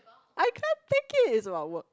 I can't take it it's about work